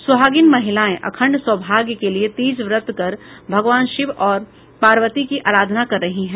सुहागिन महिलायें अखण्ड सौभाग्य के लिये तीज व्रत कर भगवान शिव और पार्वती की आराधना कर रही हैं